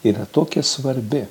yra tokia svarbi